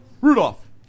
Rudolph